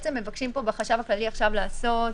מה שבעצם מבקשים פה בחשב הכללי עכשיו לעשות,